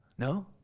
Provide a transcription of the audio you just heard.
No